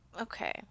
Okay